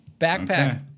backpack